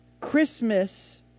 Christmas